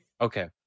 Okay